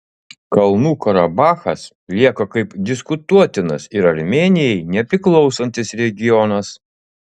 kalnų karabachas lieka kaip diskutuotinas ir armėnijai nepriklausantis regionas